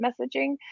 messaging